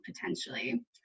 potentially